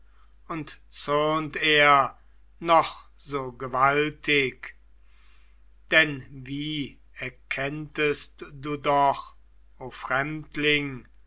und zürnt er noch so gewaltig denn wie erkenntest du doch o fremdling